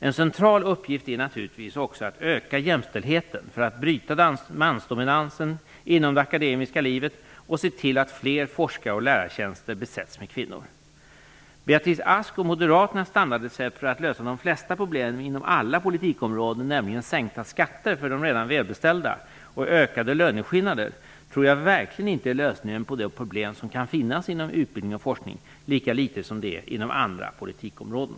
En central uppgift är naturligtvis också ökad jämställdhet för att bryta mansdominansen inom det akademiska livet och att se till att fler forskar och lärartjänster besätts med kvinnor. Beatrice Ask och moderaternas standardrecept för att lösa de flesta problem inom alla politikområden, nämligen sänkta skatter för de redan välbeställda och ökade löneskillnader, tror jag verkligen inte är lösningen på de problem som kan finnas inom utbildningen och forskningen, lika litet som det är det inom andra politikområden.